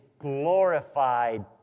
glorified